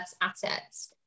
assets